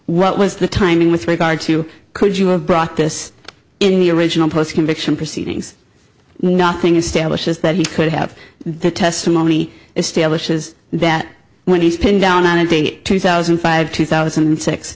what was the timing with regard to you could you have brought this in the original post conviction proceedings nothing establishes that he could have the testimony establishes that when he's pinned down on a date two thousand and five two thousand and six